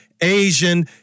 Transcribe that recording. Asian